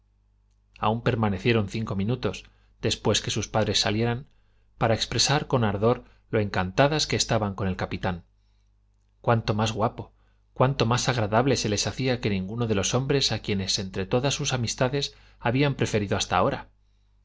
aun permanecieron cinco minutos después que sus padres salieran para expresar con ardor lo encantadas que estaban con el capitán cuánto más guapo cuánto más agradable se les hacía que ninguno de los hombres a quienes entre todas sus amistades habían preferido hasta ahora